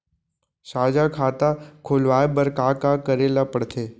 साझा खाता खोलवाये बर का का करे ल पढ़थे?